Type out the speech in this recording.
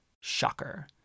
Shocker